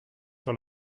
sur